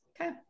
Okay